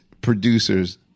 producers